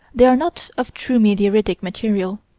they are not of true meteoritic material.